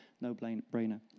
no-brainer